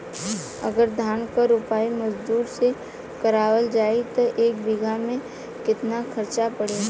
अगर धान क रोपाई मजदूर से करावल जाई त एक बिघा में कितना खर्च पड़ी?